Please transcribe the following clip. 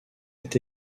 est